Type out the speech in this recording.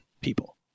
people